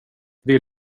vill